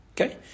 Okay